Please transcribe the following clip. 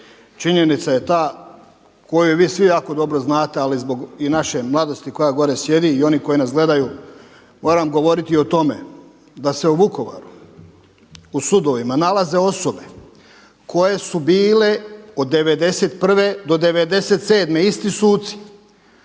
činjenica je ta koju vi svi jako dobro znate, ali zbog naše mladosti koja gore sjedi i oni koji nas gledaju moram govoriti o tome. Da se u Vukovaru u sudovima nalaze osobe koje su bile od '91. do 097. isti suci,